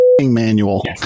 manual